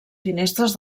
finestres